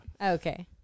Okay